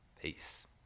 Peace